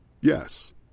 Yes